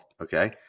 okay